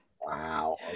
Wow